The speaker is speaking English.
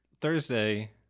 Thursday